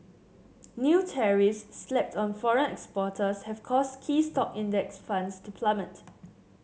new tariffs slapped on foreign exporters have caused key stock index funds to plummet